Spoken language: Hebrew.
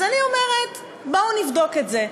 אז אני אומרת: בואו נבדוק את זה,